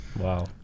Wow